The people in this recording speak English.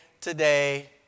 today